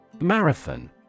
Marathon